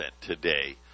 today